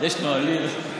יש נהלים.